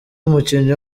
umukinnyi